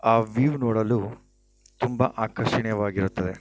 ಆ ವೀವ್ ನೋಡಲು ತುಂಬ ಆಕರ್ಷಣೀಯವಾಗಿರುತ್ತದೆ